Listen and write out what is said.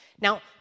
Now